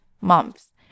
months